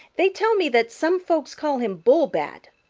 they tell me that some folks call him bullbat,